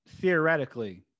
theoretically